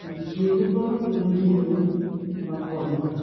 জিহ্বামূলীও বা কণ্ঠ